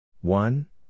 One